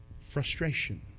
frustration